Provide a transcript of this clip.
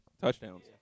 touchdowns